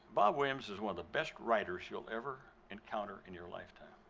bob williams is one of the best writers you'll ever encounter in your lifetime.